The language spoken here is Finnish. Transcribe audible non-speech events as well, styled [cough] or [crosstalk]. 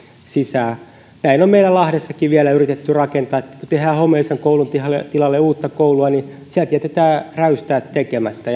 sisään näin on meillä lahdessakin vielä yritetty rakentaa että kun tehdään homeisen koulun tilalle uutta koulua niin sieltä jätetään räystäät tekemättä [unintelligible]